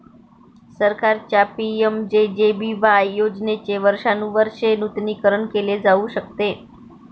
सरकारच्या पि.एम.जे.जे.बी.वाय योजनेचे वर्षानुवर्षे नूतनीकरण केले जाऊ शकते